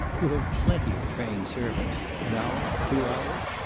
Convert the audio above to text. you have plenty of trained servants. an hour? two hours?